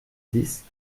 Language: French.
dix